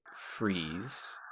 freeze